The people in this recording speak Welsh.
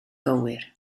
gywir